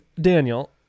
Daniel